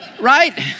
right